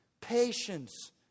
patience